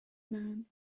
man